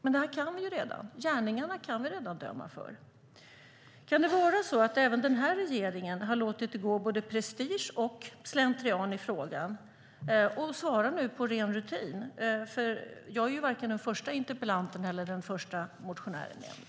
Men gärningarna kan vi redan döma för. Kan det vara så att även den här regeringen har låtit det gå både prestige och slentrian i frågan och nu svarar på ren rutin? Jag är ju varken den första interpellanten eller den första motionären i ämnet.